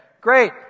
great